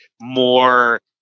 more